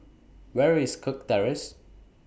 Where IS Kirk Terrace